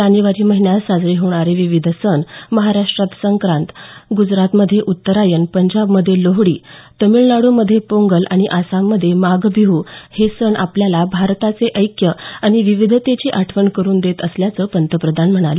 जानेवारी महिन्यात साजरे होणारे विविध सण महाराष्ट्रात संक्रांत गुजरातमध्ये उत्तरायण पंजाबमध्ये लोहड़ी तामिळनाडूमध्ये पोंगल आणि आसाममध्ये माघ बिहू हे सण आपल्याला भारताचं ऐक्य आणि विविधतेची आठवण करून देत असल्याचं पंतप्रधान म्हणाले